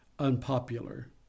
unpopular